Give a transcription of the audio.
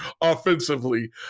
offensively